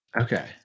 Okay